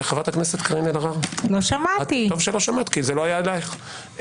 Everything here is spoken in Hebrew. זה לא היה אליך.